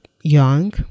young